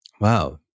Wow